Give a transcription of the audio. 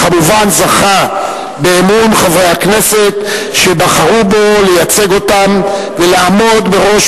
וכמובן זכה באמון חברי הכנסת שבחרו בו לייצג אותם ולעמוד בראש